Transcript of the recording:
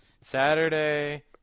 Saturday